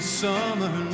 summer